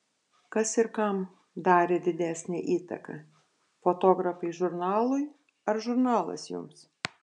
kas ir kam darė didesnę įtaką fotografai žurnalui ar žurnalas jums